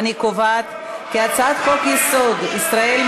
הצעת חוק-יסוד: ישראל,